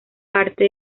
parte